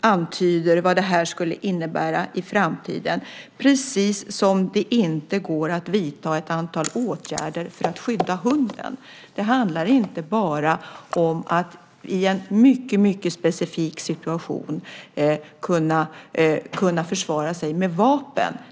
antyder vad det här skulle innebära i framtiden, precis som om det inte går att vidta ett antal åtgärder för att skydda hunden. Det handlar inte bara om att i en mycket specifik situation kunna försvara sig med vapen.